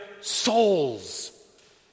souls